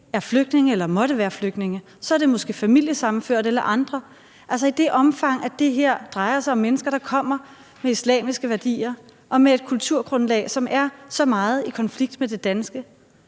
er flygtninge eller måtte være flygtninge, så er det måske familiesammenførte eller andre. Altså, i det omfang, at det her drejer sig om mennesker, der kommer med islamiske værdier og med et kulturgrundlag, som er så meget i konflikt med det danske: